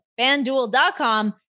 fanduel.com